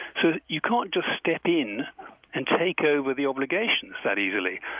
so you can't just step in and take over the obligations that easily.